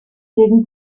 gegen